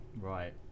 right